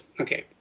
Okay